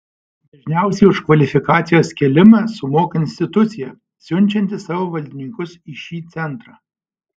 dažniausiai už kvalifikacijos kėlimą sumoka institucija siunčianti savo valdininkus į šį centrą